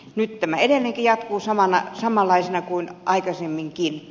nyt tämä edelleenkin jatkuu samanlaisena kuin aikaisemminkin